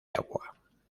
agua